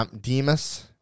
Demas